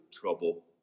trouble